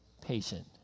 patient